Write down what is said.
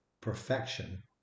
perfection